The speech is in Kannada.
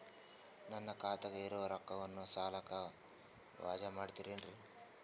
ನನ್ನ ಖಾತಗ ಇರುವ ರೊಕ್ಕವನ್ನು ಸಾಲಕ್ಕ ವಜಾ ಮಾಡ್ತಿರೆನ್ರಿ?